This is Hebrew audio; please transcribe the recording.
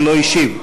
שלא השיב.